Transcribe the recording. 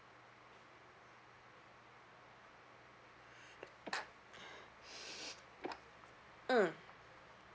mm